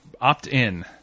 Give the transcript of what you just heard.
opt-in